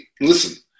listen